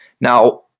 Now